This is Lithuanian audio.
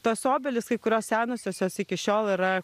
tos obelys kai kurios senosios jos iki šiol yra